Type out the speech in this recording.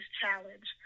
challenge